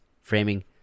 framing